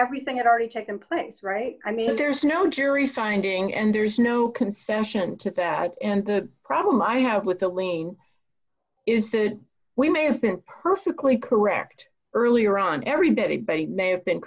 everything had already taken place right i mean there's no jury finding and there's no concession to that and the problem i have with the lying is so we may have been perfectly correct earlier on everybody but he may have been